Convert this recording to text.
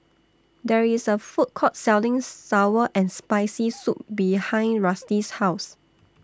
There IS A Food Court Selling Sour and Spicy Soup behind Rusty's House